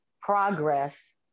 progress